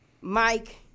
Mike